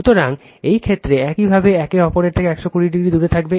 সুতরাং এই ক্ষেত্রে একইভাবে একে অপরের থেকে 120o দূরে থাকবে